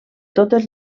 totes